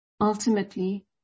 Ultimately